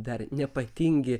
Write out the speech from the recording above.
dar nepatingi